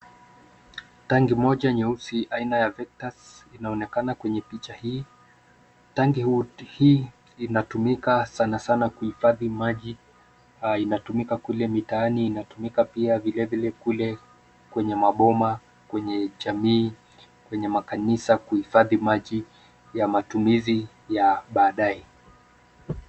Tangi moja nyeusi aina ya Vectus inaonekana kwenye picha hii. Tangi hii inatumika sana sana kuhifadhi maji. Inatumika kule mitaani, inatumika pia vile vile kule kwenye maboma, kwenye jamii, kwenye makanisa, kuhifadhi maji ya matumizi ya baadaye.